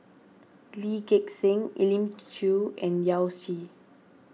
Lee Gek Seng Elim Chew and Yao Zi